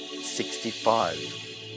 Sixty-five